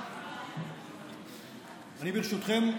ברשותכם,